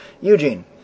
Eugene